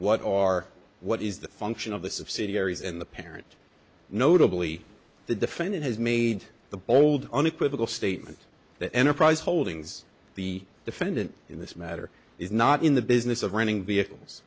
what are what is the function of the subsidiaries in the parent notably the defendant has made the bold unequivocal statement that enterprise holdings the defendant in this matter is not in the business of running vehicles